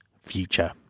future